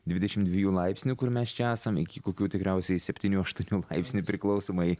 dvidešim dviejų laipsnių kur mes čia esam iki kokių tikriausiai septynių aštuonių laipsnių priklausomai